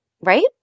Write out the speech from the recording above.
right